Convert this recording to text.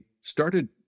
started